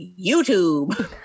YouTube